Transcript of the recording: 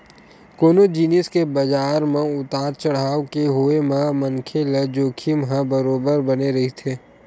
कोनो जिनिस के बजार म उतार चड़हाव के होय म मनखे ल जोखिम ह बरोबर बने रहिथे